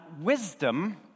wisdom